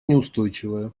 неустойчивая